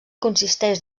consisteix